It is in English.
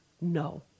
no